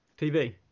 tv